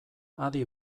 adi